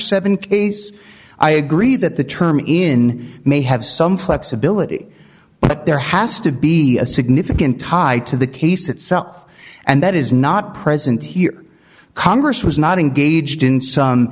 agree that the term even may have some flexibility but there has to be a significant tie to the case itself and that is not present here congress was not engaged in some